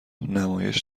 نمایش